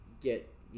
get